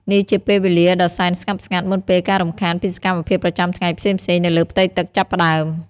នេះជាពេលវេលាដ៏សែនស្ងប់ស្ងាត់ មុនពេលការរំខានពីសកម្មភាពប្រចាំថ្ងៃផ្សេងៗនៅលើផ្ទៃទឹកចាប់ផ្តើម។